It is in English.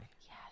yes